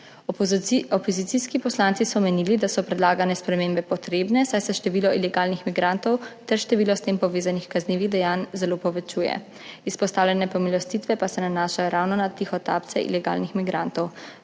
Opozicijski poslanci so menili, da so predlagane spremembe potrebne, saj se število ilegalnih migrantov ter število s tem povezanih kaznivih dejanj zelo povečuje, Izpostavljene pomilostitve pa se nanaša ravno na tihotapce ilegalnih migrantov.